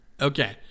Okay